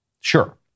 Sure